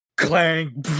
Clang